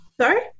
Sorry